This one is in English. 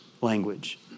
language